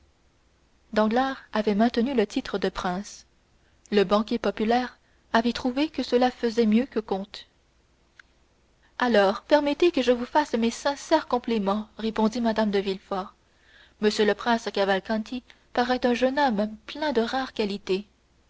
danglars avait maintenu le titre de prince le banquier populaire avait trouvé que cela faisait mieux que comte alors permettez que je vous fasse mes sincères compliments répondit mme de villefort m le prince cavalcanti paraît un jeune homme plein de rares qualités